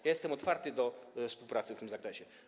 Ja jestem otwarty na współpracę w tym zakresie.